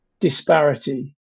Disparity